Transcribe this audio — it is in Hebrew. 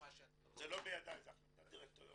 זה לא בידי, זו החלטת דירקטוריון.